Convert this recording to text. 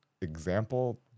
example